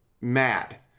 mad